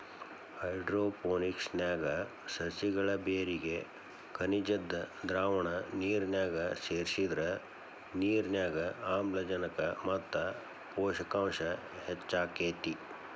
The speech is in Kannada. ಹೈಡ್ರೋಪೋನಿಕ್ಸ್ ನ್ಯಾಗ ಸಸಿಗಳ ಬೇರಿಗೆ ಖನಿಜದ್ದ ದ್ರಾವಣ ನಿರ್ನ್ಯಾಗ ಸೇರ್ಸಿದ್ರ ನಿರ್ನ್ಯಾಗ ಆಮ್ಲಜನಕ ಮತ್ತ ಪೋಷಕಾಂಶ ಹೆಚ್ಚಾಕೇತಿ